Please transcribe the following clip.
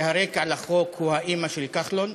שהרקע לחוק הוא האימא של כחלון.